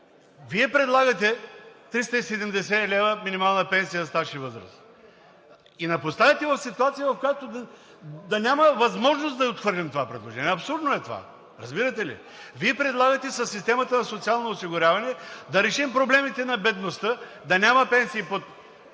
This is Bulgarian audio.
Вие предлагате 370 лв. минимална пенсия за стаж и възраст и ни поставяте в ситуация, в която да няма възможност да отхвърлим това предложение. Абсурдно е това, разбирате ли? Вие предлагате със системата за социално осигуряване да решим проблемите на бедността, да няма пенсии под